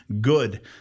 good